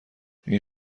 این